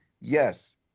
yes